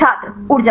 छात्र ऊर्जा